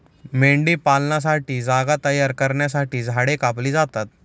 मेंढीपालनासाठी जागा तयार करण्यासाठी झाडे कापली जातात